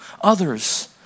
others